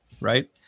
right